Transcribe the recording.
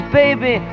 baby